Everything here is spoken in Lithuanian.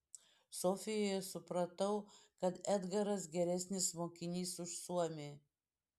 sofijoje supratau kad edgaras geresnis mokinys už suomį